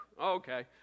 okay